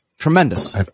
Tremendous